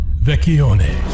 Vecchione